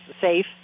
safe